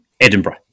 Edinburgh